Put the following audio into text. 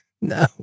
No